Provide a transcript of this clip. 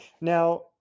Now